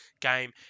game